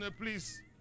Please